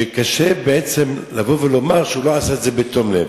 שקשה לומר שהוא לא עשה את זה בתום לב.